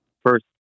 first